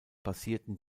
basierten